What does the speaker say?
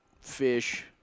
fish